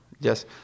Yes